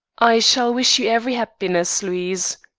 i shall wish you every happiness, louise